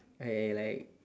I like